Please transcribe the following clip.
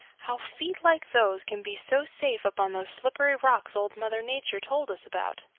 how feet like those can be so safe up on those slippery rocks old mother nature told us about.